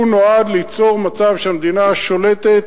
הוא נועד ליצור מצב שהמדינה שולטת